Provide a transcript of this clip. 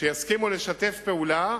כדי שיסכימו לשתף פעולה.